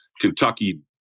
Kentucky